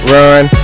Run